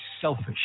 selfish